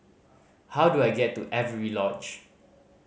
how do I get to Avery Lodge